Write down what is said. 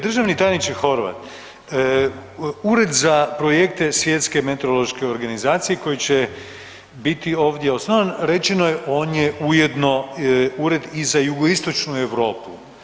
Državni tajniče Horvat, Ured za projekte Svjetske meteorološke organizacije koji će biti ovdje osnovan rečeno je on je ujedno i ured za Jugoistočnu Europu.